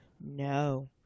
No